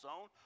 own